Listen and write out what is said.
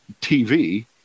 TV